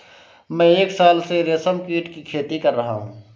मैं एक साल से रेशमकीट की खेती कर रहा हूँ